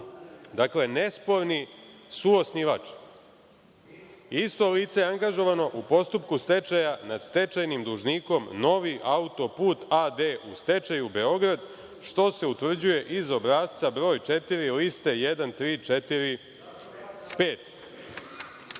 Dakle, nesporni suosnivač. Isto lice je angažovano u postupku stečaja nad stečajnim dužnikom „Novi auto put“ a.d. u stečaju Beograd što se utvrđuje iz obrasca broj četiri liste 1345,